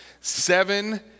seven